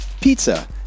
pizza